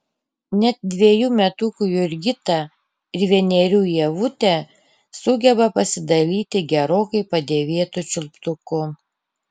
net dvejų metukų jurgita ir vienerių ievutė sugeba pasidalyti gerokai padėvėtu čiulptuku